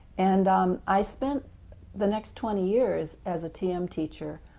and um i spent the next twenty years as a tm teacher